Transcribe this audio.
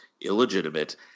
illegitimate